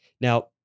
Now